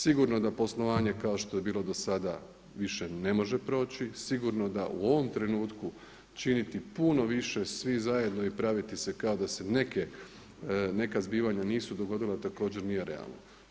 Sigurno da poslovanje kao što je bilo do sada više ne može proći, sigurno da u ovom trenutku činiti puno više svi zajedno i praviti se kao da se neka zbivanja nisu dogodila također nije realno.